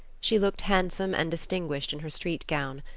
she looked handsome and distinguished in her street gown.